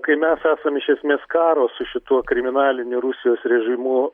kai mes esam iš esmės karo su šituo kriminaliniu rusijos režimu